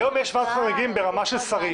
היום יש ועדת חריגים ברמה של שרים.